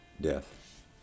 death